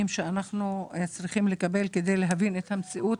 שאנחנו צריכים לקבל כדי להבין את המציאות.